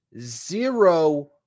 zero